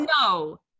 no